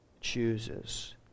chooses